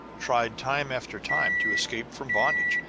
tried time after time to escape from bondage?